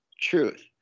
truth